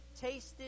tasted